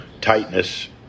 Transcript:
tightness